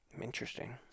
Interesting